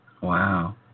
Wow